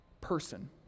person